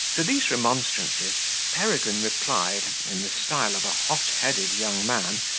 to these remonstrances peregrine replied, in the style of a hot-headed young man,